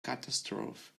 catastrophe